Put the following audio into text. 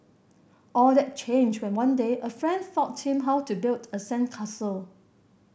all that changed when one day a friend taught him how to build a sandcastle